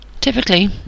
Typically